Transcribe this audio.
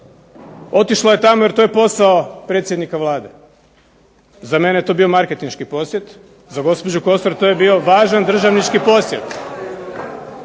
otišla je tamo jer to je posao predsjednika Vlade. Za mene je to bio marketinški posjet, za gospođu Kosor to je bio važan državnički posjet.